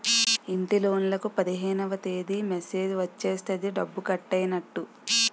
ఇంటిలోన్లకు పదిహేనవ తేదీ మెసేజ్ వచ్చేస్తది డబ్బు కట్టైనట్టు